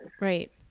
Right